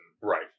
right